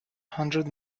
hundred